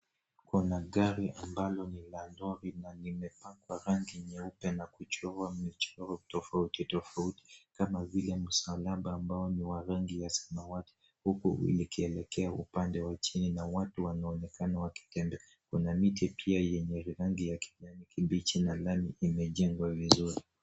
Kuna gari ambalo ni la ndoa limepakwa rangi nyeupe na kuchorwa michoro tofauti tofauti kama vile msalaba ambao ni wa rangi ya samawati huku likielekea upande wa chini na watu wanaonekana wakitembea. Kuna miti pia yenye rangi ya kijani kibichi na lami imejengwa vizuri.